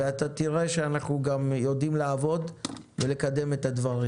ותראה שאנחנו גם יודעים לעבוד ולקדם את הדברים.